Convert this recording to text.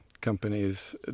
companies